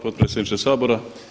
Potpredsjedniče Sabora!